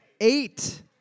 eight